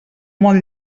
molt